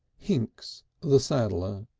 hinks, the saddler,